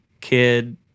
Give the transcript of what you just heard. kid